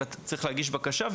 אלא צריך להגיש בקשה,